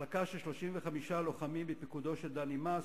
מחלקה של 35 לוחמים בפיקודו של דני מס,